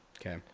okay